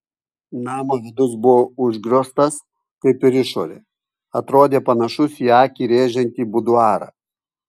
namo vidus buvo užgrioztas kaip ir išorė atrodė panašus į akį rėžiantį buduarą